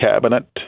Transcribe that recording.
Cabinet